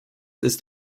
ist